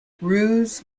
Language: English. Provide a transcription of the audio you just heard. ruse